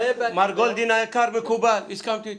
מר גולדין היקר, מקובל, הסכמתי אתך.